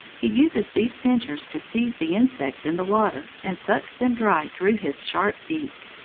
he uses these pincers to seize the insects in the water, and sucks them dry through his sharp beak.